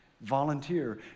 Volunteer